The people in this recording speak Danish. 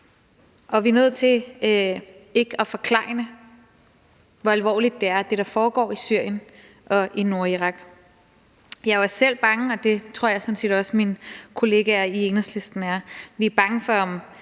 og vi er nødt til ikke at forklejne, hvor alvorligt det, der foregår i Syrien og i Nordirak, er. Jeg er også selv bange, og det tror jeg sådan set også mine kolleger i Enhedslisten er. Vi er bange for, om